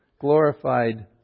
Glorified